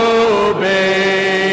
obey